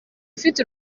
ufite